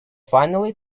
finally